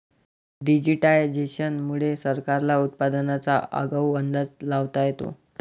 digitisation मुळे सरकारला उत्पादनाचा आगाऊ अंदाज लावता येतो